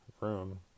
room